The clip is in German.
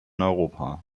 europa